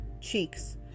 cheeks